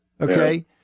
okay